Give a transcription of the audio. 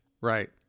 Right